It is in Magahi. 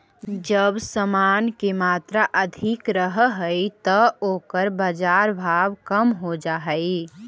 जब समान के मात्रा अधिक रहऽ हई त ओकर बाजार भाव कम हो जा हई